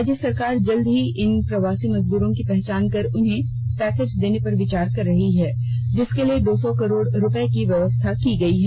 राज्य सरकार जल्द ही इन प्रवासी मजदूरों की पहचान कर उन्हें पैकेज देने पर विचार कर रही है जिसके लिए दो सौ करोड़ रुपये की व्यवस्था की गयी है